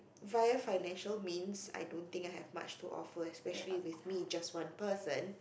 via financial means I don't think I have much to offer especially with me just one person